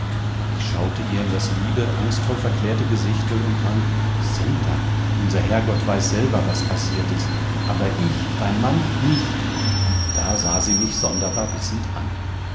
ich schaute ihr in das liebe angstvoll verklärte gesichtel und drang centa unser herrgott weiß selber was passiert ist aber ich dein mann nicht da sah sie mich sonderbar wissend an